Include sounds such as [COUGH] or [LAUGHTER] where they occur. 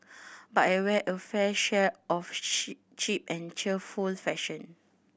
but I wear a fair share of [UNINTELLIGIBLE] cheap and cheerful fashion